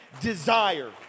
desire